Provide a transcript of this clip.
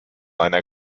einer